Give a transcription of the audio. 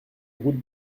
route